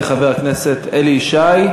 יעלה חבר הכנסת אלי ישי.